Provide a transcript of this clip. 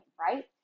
right